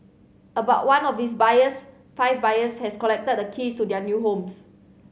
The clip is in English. about one of these buyers five buyers has collected the keys to their new homes